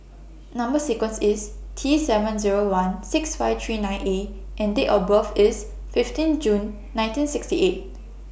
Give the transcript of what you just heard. Number sequence IS T seven Zero one six five three nine A and Date of birth IS fifteen June nineteen sixty eight